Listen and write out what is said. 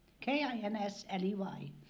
K-I-N-S-L-E-Y